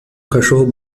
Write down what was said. cachorro